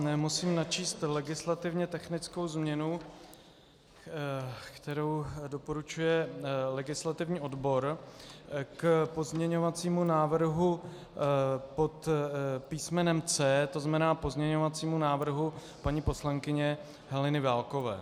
Musím načíst legislativně technickou změnu, kterou doporučuje legislativní odbor k pozměňovacímu návrhu pod písmenem C, to znamená k pozměňovacímu návrhu paní poslankyně Heleny Válkové.